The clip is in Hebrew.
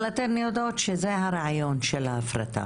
אבל אתן יודעות שזה הרעיון של ההפרטה,